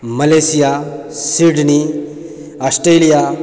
Malaysia Sydney Australia